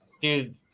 dude